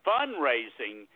fundraising